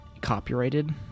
copyrighted